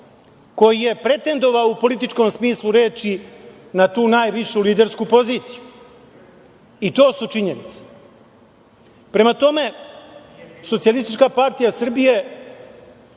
koji je pretendovao u političkom smislu reči na tu najvišu lidersku poziciju. I to su činjenice. Prema tome, SPS se neće